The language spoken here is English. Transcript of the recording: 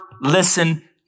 listen